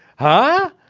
huh?